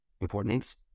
importance